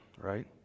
right